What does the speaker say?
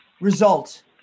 result